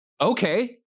Okay